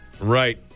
Right